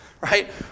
right